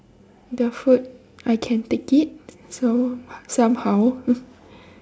the food I can take it so somehow